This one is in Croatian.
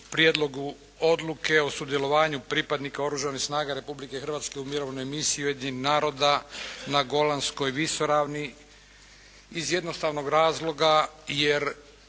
prijedlogu odluke o sudjelovanju pripadnika Oružanih snaga Republike Hrvatske u mirovnoj misiji Ujedinjenih naroda na Golanskoj visoravni iz jednostavnog razloga jer